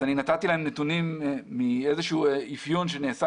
נתתי להם נתונים מאיזשהו אפיון שנעשה